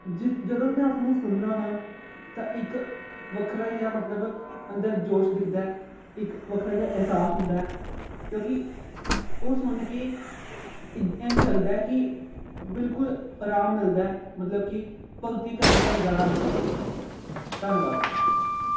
ਜਿ ਜਦੋਂ ਮੈਂ ਵੀ ਉਸ ਨੂੰ ਸੁਣਦਾ ਹਾਂ ਤਾਂ ਇੱਕ ਵੱਖਰਾ ਜਿਹਾ ਮਤਲਬ ਅੰਦਰ ਜੋਸ਼ ਦਿਖਦਾ ਇੱਕ ਵੱਖਰਾ ਜਿਹਾ ਅਹਿਸਾਸ ਹੁੰਦਾ ਕਿਉਂਕਿ ਉਹ ਸੁਣ ਕੇ ਇ ਇੰਝ ਲੱਗਦਾ ਕਿ ਬਿਲਕੁਲ ਆਰਾਮ ਮਿਲਦਾ ਮਤਲਬ ਕਿ ਭਗਤੀ ਕਰਨ ਦਾ ਨਜ਼ਾਰਾ ਆਉਂਦਾ ਧੰਨਵਾਦ